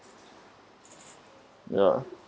ya